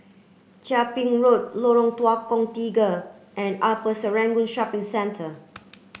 Chia Ping Road Lorong Tukang Tiga and Upper Serangoon Shopping Centre